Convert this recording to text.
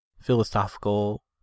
philosophical